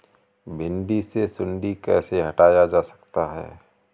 भिंडी से सुंडी कैसे हटाया जा सकता है?